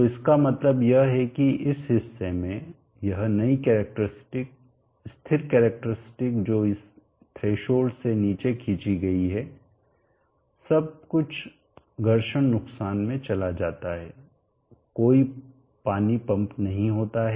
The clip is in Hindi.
तो इसका मतलब यह है की इस हिस्से में यह नई कैरेक्टरिस्टिक स्थिर कैरेक्टरिस्टिक जो इस थ्रेशोल्ड से नीचे खींची गई है सब कुछ घर्षण नुकसान में चला जाता है कोई पानी पंप नहीं होता है